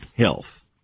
Health